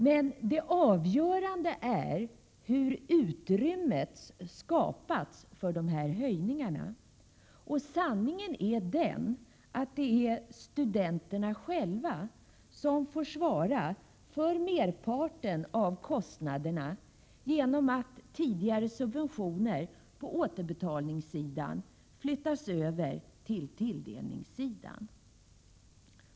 Men det avgörande är hur utrymmet skapats för de.här höjningarna. Sanningen är den att det är studenterna själva som får svara för merparten av kostnaderna genom att tidigare subventioner på återbetalningsidan flyttas över till tilldelningssidan.